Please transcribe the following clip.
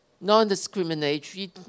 non-discriminatory